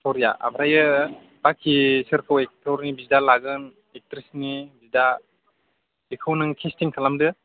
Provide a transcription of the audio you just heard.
स्ट'रिया ओमफ्राय बाखि सोरखौ एक्ट'रनि बिदा लागोन एक्ट्रिसनि बिदा बेखौ नों कासटिं खालामदो